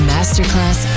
Masterclass